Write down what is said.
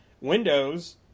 Windows